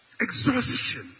Exhaustion